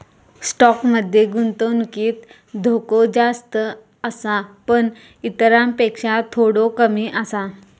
stock मध्ये गुंतवणुकीत धोको जास्त आसा पण इतरांपेक्षा थोडो कमी आसा